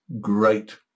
great